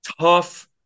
tough